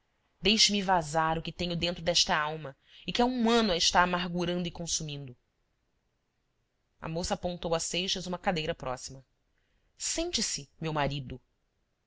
deixe-me vazar o que tenho dentro desta alma e que há um ano a está amargurando e consumindo a moça apontou a seixas uma cadeira próxima sente-se meu marido